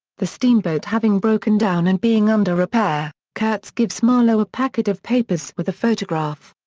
the steamboat having broken down and being under repair, kurtz gives marlow a packet of papers with a photograph.